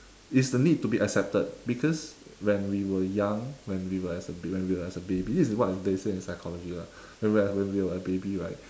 is the need to be accepted because when we were young when we were as a when we were as a baby this is what they say in psychology lah when we were when we were a baby right